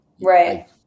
Right